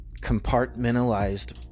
compartmentalized